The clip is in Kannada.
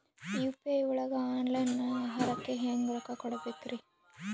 ಯು.ಪಿ.ಐ ಒಳಗ ಆನ್ಲೈನ್ ಆಹಾರಕ್ಕೆ ಹೆಂಗ್ ರೊಕ್ಕ ಕೊಡಬೇಕ್ರಿ?